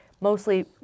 mostly